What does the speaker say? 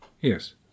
Yes